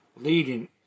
leading